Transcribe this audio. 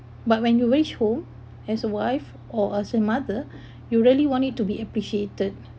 but when you reach home as a wife or as a mother you really want it to be appreciated